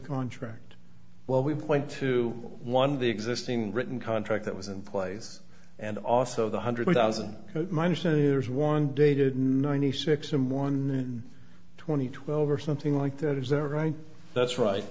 contract well we point to one of the existing written contract that was in place and also the hundred thousand minor senators one dated ninety six some one twenty twelve or something like that is their right that's right